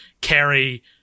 carry